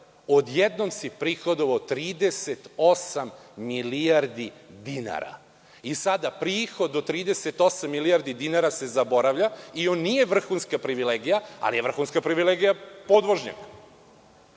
odjednom si prihodovao 38 milijardi dinara. Sada prihod od 38 milijardi dinara se zaboravlja i on nije vrhunska privilegija, ali je vrhunska privilegija podvožnjak.